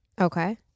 Okay